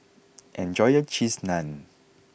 enjoy your Cheese Naan